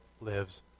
lives